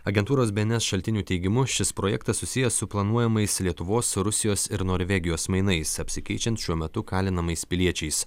agentūros bns šaltinių teigimu šis projektas susijęs su planuojamais lietuvos rusijos ir norvegijos mainais apsikeičiant šiuo metu kalinamais piliečiais